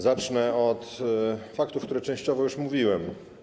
Zacznę od faktów, o których częściowo już mówiłem.